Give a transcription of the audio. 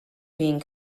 being